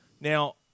Now